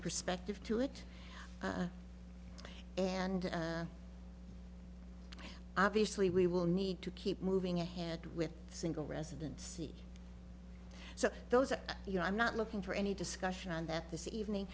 perspective to it and obviously we will need to keep moving ahead with single residency so those are you know i'm not looking for any discussion on that this evening